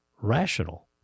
rational